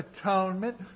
atonement